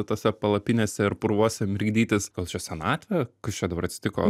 tose palapinėse ir purvuose mirkdytis gal čia senatvė kas čia dabar atsitiko